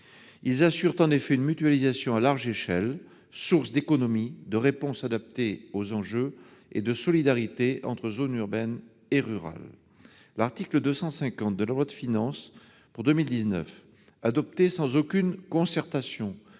Ils assurent en effet une mutualisation à large échelle, source d'économies, de réponses adaptées aux enjeux et de solidarité entre zones urbaines et rurales. L'article 250 de la loi de finances pour 2019, adopté sans aucune concertation